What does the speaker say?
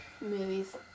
movies